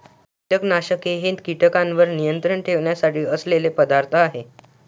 कीटकनाशके हे कीटकांवर नियंत्रण ठेवण्यासाठी असलेले पदार्थ आहेत